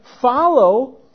follow